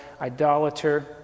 idolater